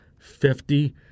Fifty